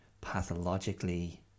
pathologically